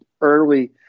early